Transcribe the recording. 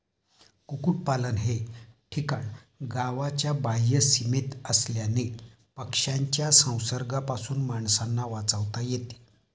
कुक्पाकुटलन हे ठिकाण गावाच्या बाह्य सीमेत असल्याने पक्ष्यांच्या संसर्गापासून माणसांना वाचवता येते